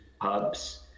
pubs